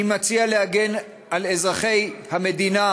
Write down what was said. אני מציע להגן על אזרחי המדינה,